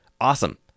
awesome